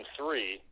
three